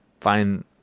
find